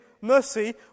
mercy